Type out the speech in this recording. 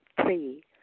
Three